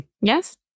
Yes